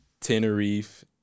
Tenerife